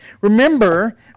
remember